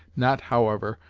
not, however,